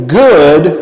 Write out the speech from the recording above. good